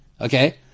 Okay